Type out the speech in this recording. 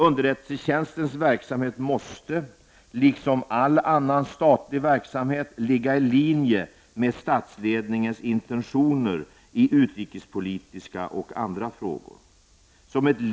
Underrättelsetjänstens verksamhet måste, liksom all annan statlig verksamhet, ligga i linje med statsledningens intentioner i utrikespolitiska och andra frågor.